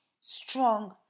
strong